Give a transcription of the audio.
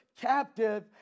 captive